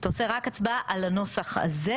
אתה עושה הצבעה רק על הנוסח הזה?